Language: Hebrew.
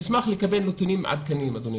אדוני היושב-ראש, נשמח לקבל נתונים עדכניים.